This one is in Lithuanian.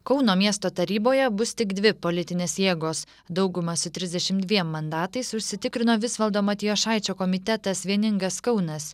kauno miesto taryboje bus tik dvi politinės jėgos daugumą su trisdešimt dviem mandatais užsitikrino visvaldo matijošaičio komitetas vieningas kaunas